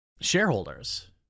shareholders